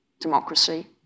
democracy